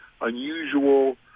unusual